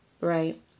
Right